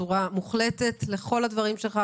בצורה מוחלטת לכל הדברים שלך.